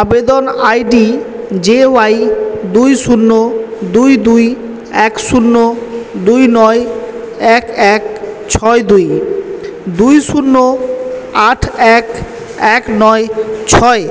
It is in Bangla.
আবেদন আই ডি জে ওয়াই দুই শূন্য দুই দুই এক শূন্য দুই নয় এক এক ছয় দুই দুই শূন্য আট এক এক নয় ছয়